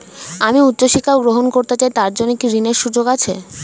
আমি উচ্চ শিক্ষা গ্রহণ করতে চাই তার জন্য কি ঋনের সুযোগ আছে?